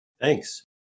Thanks